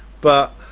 but